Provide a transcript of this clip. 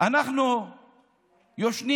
אנחנו ישנים